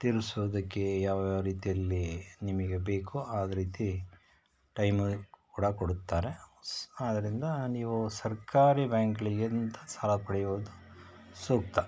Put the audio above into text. ತೀರಿಸೋದಕ್ಕೆ ಯಾವ್ಯಾವ ರೀತಿಯಲ್ಲಿ ನಿಮಗೆ ಬೇಕೋ ಆದ ರೀತಿ ಟೈಮು ಕೂಡ ಕೊಡುತ್ತಾರೆ ಸ್ ಆದ್ದರಿಂದ ನೀವು ಸರ್ಕಾರಿ ಬ್ಯಾಂಕ್ಗಳಿಗಿಂದ ಸಾಲ ಪಡೆಯುವುದು ಸೂಕ್ತ